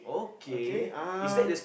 okay uh